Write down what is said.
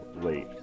late